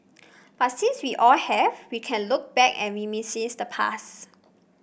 but since we all have we can look back and reminisce the past